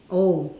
oh